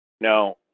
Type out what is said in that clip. Now